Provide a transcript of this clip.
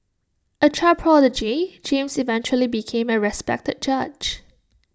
A child prodigy James eventually became A respected judge